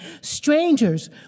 strangers